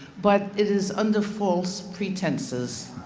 but it is under false pretenses.